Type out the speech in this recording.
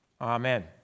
Amen